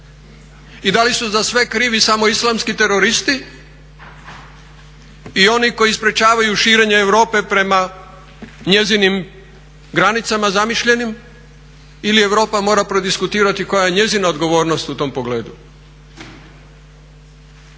I da li su za sve krivi samo islamski teroristi i oni koji sprečavaju širenje Europe prema njezinim granicama zamišljenim ili Europa mora prodiskutirati koja je njezina odgovornost u tom pogledu